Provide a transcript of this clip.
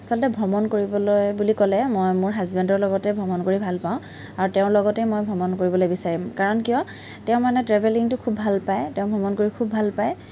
আচলতে ভ্ৰমণ কৰিবলৈ বুলি ক'লে মই মোৰ হাছবেণ্ডৰ লগতে ভ্ৰমণ কৰি ভাল পাওঁ আৰু তেওঁৰ লগতেই মই ভ্ৰমণ কৰিবলৈ বিচাৰিম কাৰণ কিয় তেওঁ মানে ট্ৰেভেলিংটো খুব ভাল পায় তেওঁ ভ্ৰমণ কৰি খুব ভাল পায়